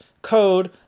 code